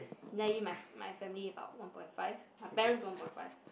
then I give my my family about one point five my parents one point five